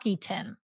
tin